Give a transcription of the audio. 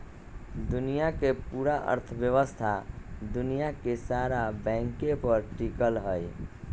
दुनिया के पूरा अर्थव्यवस्था दुनिया के सारा बैंके पर टिकल हई